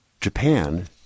Japan